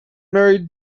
married